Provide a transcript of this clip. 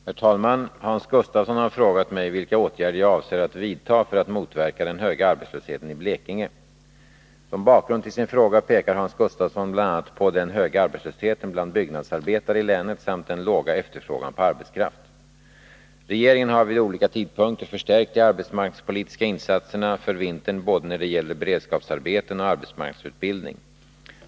Herr talman! Hans Gustafsson har frågat mig vilka åtgärder jag avser att vidta för att motverka den höga arbetslösheten i Blekinge. Som bakgrund till sin fråga pekar Hans Gustafsson bl.a. på den höga arbetslösheten bland byggnadsarbetare i länet samt den låga efterfrågan på arbetskraft. Regeringen har vid olika tidpunkter förstärkt de arbetsmarknadspolitiska insatserna för vintern när det gäller både beredskapsarbeten och arbetsmarknadsutbildning.